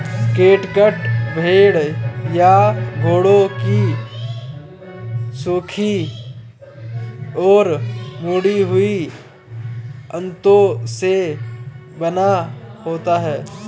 catgut भेड़ या घोड़ों की सूखी और मुड़ी हुई आंतों से बना होता है